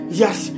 yes